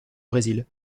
brésil